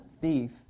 thief